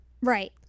right